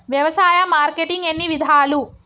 వ్యవసాయ మార్కెటింగ్ ఎన్ని విధాలు?